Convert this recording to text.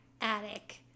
attic